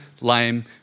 lame